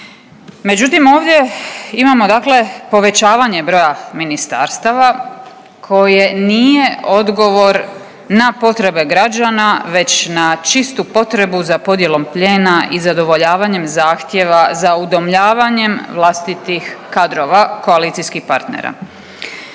Međutim, ovdje imamo dakle povećavanje broja ministarstava koje nije odgovor na potrebe građana već na čistu potrebu za podjelom plijena i zadovoljavanjem zahtjeva za udomljavanjem vlastitih kadrova koalicijskih partnera.